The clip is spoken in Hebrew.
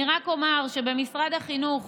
אני רק אומר שבמשרד החינוך